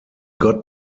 got